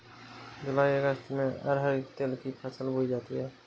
जूलाई अगस्त में अरहर तिल की फसल बोई जाती हैं